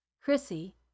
Chrissy